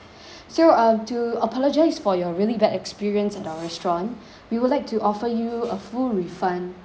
so um to apologise for your really bad experience at our restaurant we would like to offer you a full refund